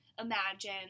Imagine